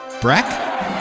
Breck